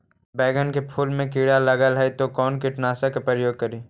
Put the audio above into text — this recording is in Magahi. बैगन के फुल मे कीड़ा लगल है तो कौन कीटनाशक के प्रयोग करि?